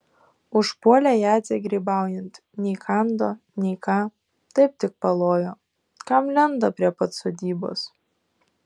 užpuolė jadzę grybaujant nei kando nei ką taip tik palojo kam lenda prie pat sodybos